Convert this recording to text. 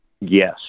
Yes